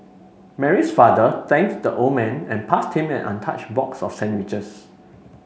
Mary's father thanks the old man and passed him an an touch box of sandwiches